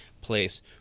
place